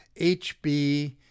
HB